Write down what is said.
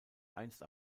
einst